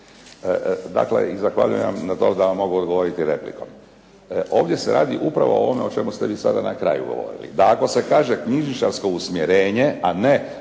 Dakle, zahvaljujem vam na tom da vam mogu odgovoriti replikom. Ovdje se radi upravo o onom o čemu ste vi sada na kraju govorili. Da ako se kaže knjižničarsko usmjerenje, a ne